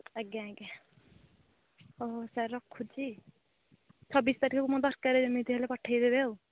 ଆଜ୍ଞା ଆଜ୍ଞା ହଉ ସାର୍ ରଖୁଛି ଛବିଶ ତାରିଖକୁ ମୋର ଦରକାରେ ଯେମିତି ହେଲେ ପଠେଇଦେବେ ଆଉ